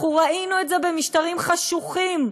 ראינו את זה במשטרים חשוכים,